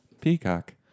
Peacock